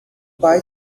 pai